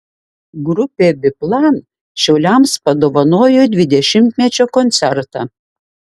grupė biplan šiauliams padovanojo dvidešimtmečio koncertą